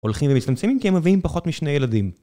הולכים ומצטמצמים כי הם מביאים פחות משני ילדים